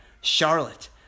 Charlotte